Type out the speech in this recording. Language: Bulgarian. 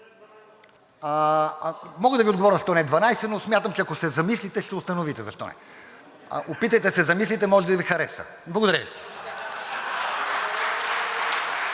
Мога да Ви отговоря защо не 12, но смятам, че ако се замислите, ще установите защо не. Опитайте да се замислите, може и да Ви хареса. Благодаря.